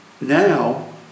now